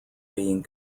being